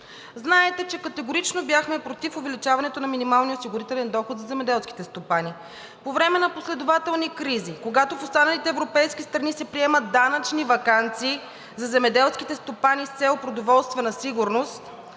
Знаете, че категорично бяхме против увеличаването на минималния осигурителен доход за земеделските стопани. По време на последователни кризи, когато в останалите европейски страни се приемат данъчни ваканции за земеделските стопани с цел продоволствена сигурност,